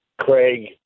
Craig